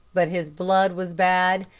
but his blood was bad,